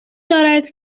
دارد